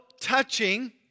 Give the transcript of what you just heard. touching